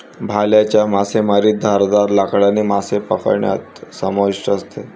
भाल्याच्या मासेमारीत धारदार लाकडाने मासे पकडणे समाविष्ट असते